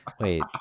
Wait